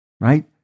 right